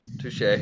touche